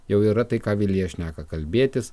jau yra tai ką vilija šneka kalbėtis